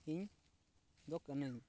ᱤᱧ ᱫᱚ ᱠᱟᱹᱱᱟᱹᱧ